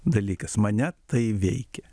dalykas mane tai veikia